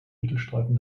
mittelstreifen